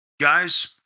Guys